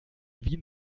wien